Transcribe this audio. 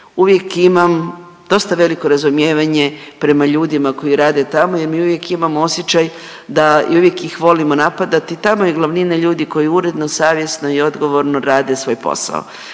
uvijek imam dosta veliko razumijevanje prema ljudima koji rade tamo jer mi uvijek imamo osjećaj da i uvijek ih volimo napadati, tamo je glavnina ljudi koju uredno, savjesno i odgovorno rade svoj posao